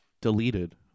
deleted